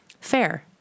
Fair